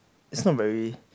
it's not very